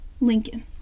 Lincoln